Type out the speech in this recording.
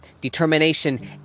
determination